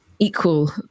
equal